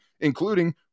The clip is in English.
including